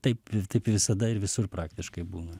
taip ir taip visada ir visur praktiškai būna